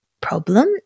problem